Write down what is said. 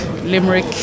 Limerick